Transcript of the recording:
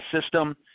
system